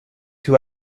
two